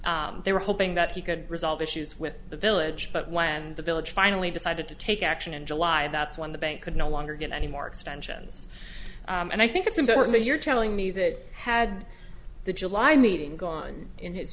it they were hoping that he could resolve issues with the village but when the village finally decided to take action in july that's when the bank could no longer get any more extensions and i think it's important you're telling me that had the july meeting gone in his